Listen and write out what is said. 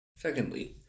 Secondly